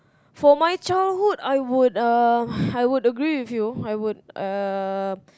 for my childhood I would uh I would agree with you I would um